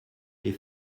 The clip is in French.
les